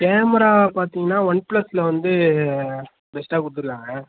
camera பார்த்திங்கன்னா ஒன் ப்ளஸ்ஸில் வந்து பெஸ்ட்டாக கொடுத்துருக்காங்க